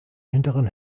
hinteren